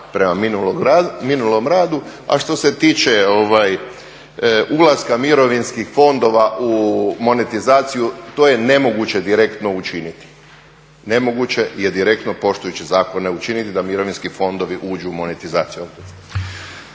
prema minulom radu. A što se tiče ulaska mirovinskih fondova u monetizaciju to je nemoguće direktno učiniti, nemoguće je direktno poštujući zakone učiniti da mirovinski fondovi uđu u monetizaciju